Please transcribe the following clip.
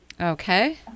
Okay